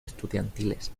estudiantiles